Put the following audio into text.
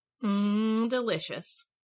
delicious